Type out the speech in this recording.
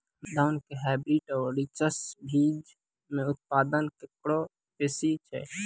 धान के हाईब्रीड और रिसर्च बीज मे उत्पादन केकरो बेसी छै?